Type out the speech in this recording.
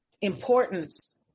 importance